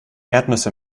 erdnüsse